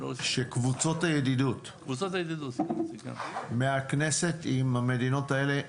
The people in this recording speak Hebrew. שקבוצות הידידות מהכנסת עם המדינות האלה.